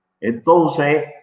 Entonces